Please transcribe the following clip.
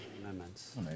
Amendments